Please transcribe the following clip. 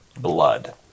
blood